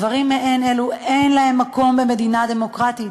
דברים מעין אלו, אין להם מקום במדינה דמוקרטית,